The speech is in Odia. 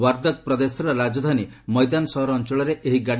ୱାର୍ଦକ୍ ପ୍ରଦେଶର ରାଜଧାନୀ ମୈଦାନ ସହର ଅଞ୍ଚଳରେ ଏହି ଗାଡ଼ି